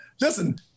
listen